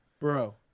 Bro